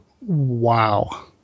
wow